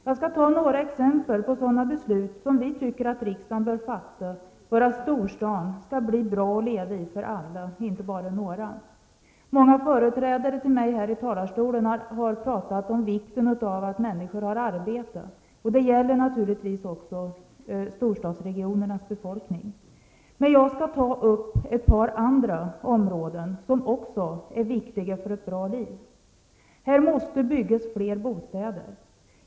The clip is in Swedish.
Jag skall ta upp några exempel på sådana beslut som vi tycker att riksdagen bör fatta för att storstaden skall bli bra att leva i för alla, inte bara för några. Många tidigare talare har i dag talat om vikten av att människor har arbete, och det gäller naturligtvis även storstadsregionernas befolkning. Jag skall ta upp ett par andra områden som också är viktiga för ett bra liv. Det måste byggas fler bostäder.